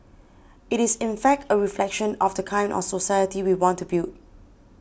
it is in fact a reflection of the kind of society we want to build